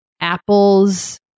apples